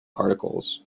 particles